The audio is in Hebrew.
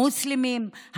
המוסלמים,